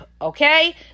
okay